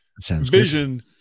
vision